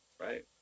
right